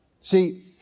See